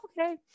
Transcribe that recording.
okay